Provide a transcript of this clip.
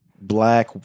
black